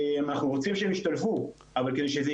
אנחנו רוצים שהם ישתלבו אבל כדי שזה